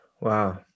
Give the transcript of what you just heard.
wow